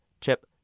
chip